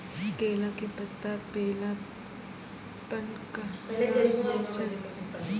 केला के पत्ता पीलापन कहना हो छै?